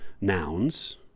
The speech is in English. nouns